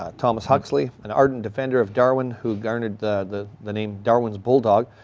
ah thomas huxley, an ardent defender of darwin, who garnered the the name darwin's bulldog,